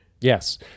Yes